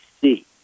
see